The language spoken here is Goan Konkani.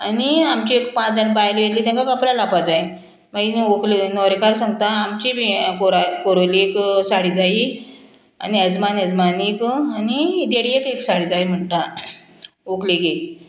आनी आमची एक पांच जाण बायलो येतलीं तेंका कपड्या लावपा जायें मागीर न्हू व्हंकले न्होरेकार सांगता आमची बी कोरा कोरोलयेक साडी जायी आनी एजमान एजमानीक आनी देडयेक एक साडी जाय म्हणटा व्हंकलेगे